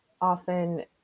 often